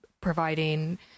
providing